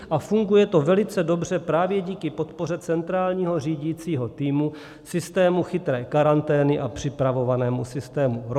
A funguje to velice dobře právě díky podpoře centrálního řídícího týmu, systému chytré karantény a připravovanému systému Rosomák.